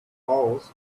owls